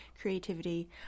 creativity